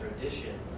tradition